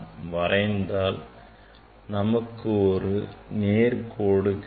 வரைந்தால் நமக்கு ஒரு நேர்கோடு கிடைக்கும்